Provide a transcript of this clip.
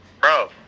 bro